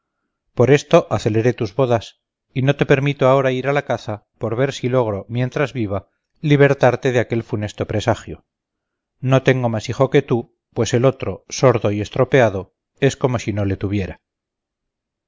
por esto aceleré tus bodas y no te permito ahora ir a la caza por ver si logro mientras viva libertarte de aquel funesto presagio no tengo más hijo que tú pues el otro sordo y estropeado es como si no le tuviera